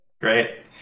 Great